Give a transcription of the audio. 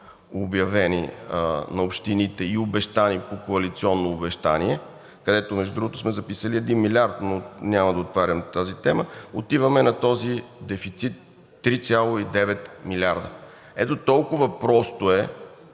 обявени на общините и обещани по коалиционно обещание, където, между другото, сме записали 1 милиард, но няма да отварям тази тема, отиваме на този дефицит – 3,9 милиарда. Ето толкова просто е